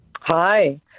Hi